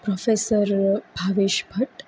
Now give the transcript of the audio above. professor Bhavesh Bhatt